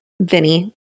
Vinny